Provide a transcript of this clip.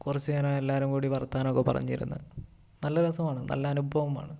കുറച്ച് നേരം എല്ലാവരും കൂടി വർത്താനം ഒക്കെ പറഞ്ഞിരുന്ന് നല്ല രസമാണ് നല്ല അനുഭവമാണ്